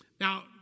Now